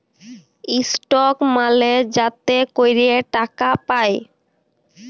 stock মালে যাতে ক্যরে টাকা পায়